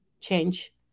change